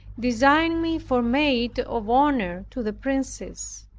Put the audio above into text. designing me for maid of honor to the princess.